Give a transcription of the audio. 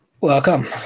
Welcome